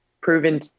proven